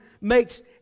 makes